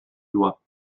loi